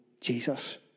Jesus